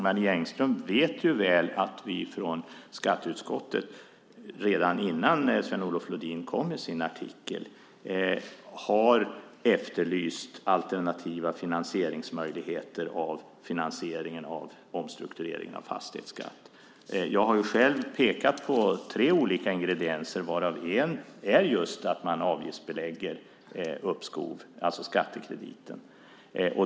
Marie Engström vet ju väl att vi från skatteutskottet redan innan Sven-Olof Lodin kom med sin artikel har efterlyst alternativa finansieringsmöjligheter för omstruktureringen av fastighetsskatten. Jag har själv pekat på tre olika ingredienser varav en är just att man avgiftsbelägger uppskov, alltså skattekrediten.